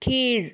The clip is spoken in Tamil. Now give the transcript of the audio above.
கீழ்